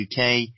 uk